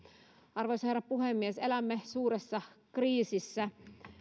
arvoisa herra puhemies elämme suuressa kriisissä